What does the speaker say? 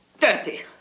dirty